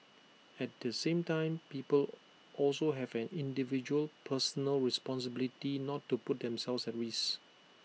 at the same time people also have an individual personal responsibility not to put themselves at risk